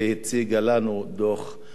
ראש הממשלה שרון,